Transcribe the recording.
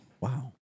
Wow